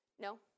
No